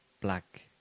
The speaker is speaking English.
black